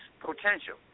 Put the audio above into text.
potential